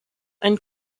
and